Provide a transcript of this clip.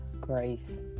grace